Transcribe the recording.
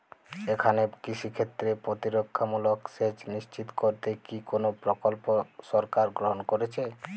এখানে কৃষিক্ষেত্রে প্রতিরক্ষামূলক সেচ নিশ্চিত করতে কি কোনো প্রকল্প সরকার গ্রহন করেছে?